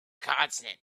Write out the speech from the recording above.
consonant